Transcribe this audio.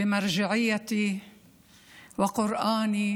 (אומרת דברים בשפה הערבית,